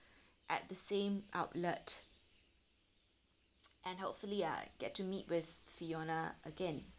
at the same outlet and hopefully I get to meet with fiona again